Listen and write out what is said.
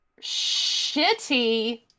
Shitty